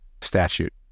statute